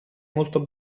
molto